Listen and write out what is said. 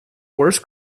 worst